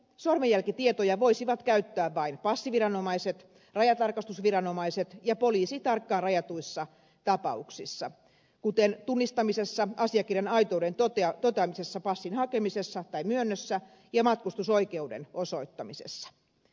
käytännössä sormenjälkitietoja voisivat käyttää vain passiviranomaiset rajatarkastusviranomaiset ja poliisi tarkkaan rajatuissa tapauksissa kuten tunnistamisessa asiakirjan aitouden toteamisessa passin hakemisessa tai myönnössä ja matkustusoikeuden osoittamisessa